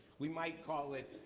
we might call it,